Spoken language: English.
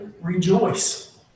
rejoice